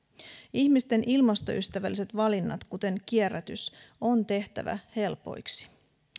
ihmisten ilmastoystävälliset valinnat kuten kierrätys on tehtävä helpoiksi